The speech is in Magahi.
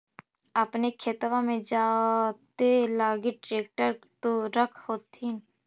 अपने खेतबा मे जोते लगी ट्रेक्टर तो रख होथिन?